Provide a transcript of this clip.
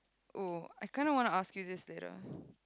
oh I kind of want to ask you this later